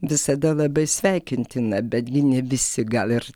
visada labai sveikintina betgi ne visi gal ir